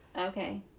Okay